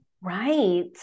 Right